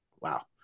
wow